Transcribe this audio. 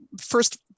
first